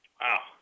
Wow